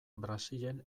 brasilen